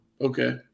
Okay